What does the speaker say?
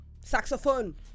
Saxophone